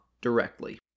directly